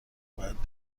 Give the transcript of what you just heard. باید